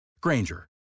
Granger